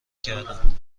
کردن